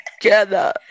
together